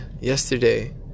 yesterday